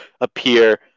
appear